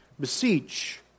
beseech